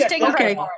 Okay